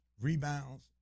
rebounds